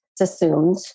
assumed